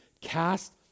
cast